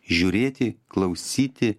žiūrėti klausyti